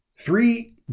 three